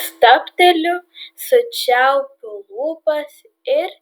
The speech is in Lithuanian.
stabteliu sučiaupiu lūpas ir